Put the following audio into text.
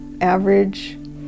average